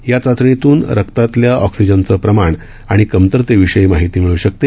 या चाचणीतून रक्तातल्या ऑक्सिनचं प्रमाण आणि कमतरतेविषयी माहिती मिळू शकते